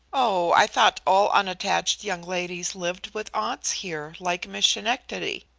oh, i thought all unattached young ladies lived with aunts here, like miss schenectady.